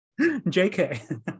jk